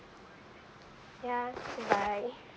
ya bye bye